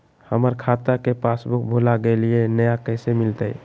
हमर खाता के पासबुक भुला गेलई, नया कैसे मिलतई?